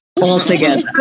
altogether